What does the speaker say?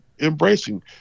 embracing